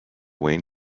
wayne